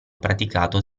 praticato